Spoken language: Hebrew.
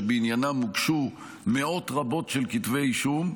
שבעניינים הוגשו מאות רבות של כתבי אישום,